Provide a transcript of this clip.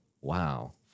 Wow